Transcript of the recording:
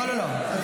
לא, לא, לא.